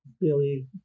Billy